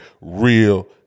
real